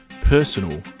personal